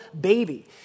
baby